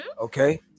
okay